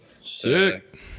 Sick